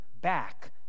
back